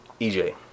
EJ